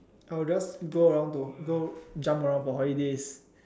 I will just go around to go jump around for holidays